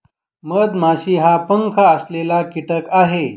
मधमाशी हा पंख असलेला कीटक आहे